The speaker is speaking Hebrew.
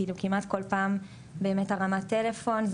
כמעט כל פעם באמת הרמת טלפון.